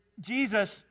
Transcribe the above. Jesus